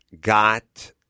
got